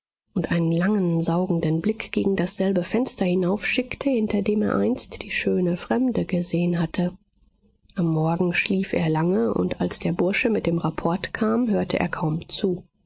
und einen langen saugenden blick gegen dasselbe fenster hinaufschickte hinter dem er einst die schöne fremde gesehen hatte am morgen schlief er lange und als der bursche mit dem rapport kam hörte er kaum zu